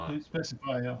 specify